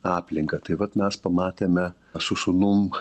aplinka tai vat mes pamatėme su sūnum